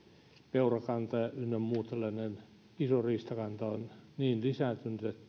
peurakanta ynnä muun tällaisen ison riistan kanta on niin lisääntynyt